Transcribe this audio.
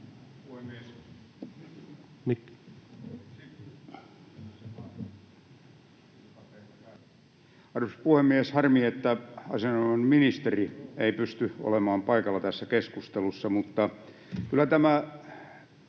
Arvoisa puhemies! Harmi, että asian-omainen ministeri ei pysty olemaan paikalla tässä keskustelussa. Kyllä tämä